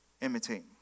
imitate